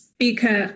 Speaker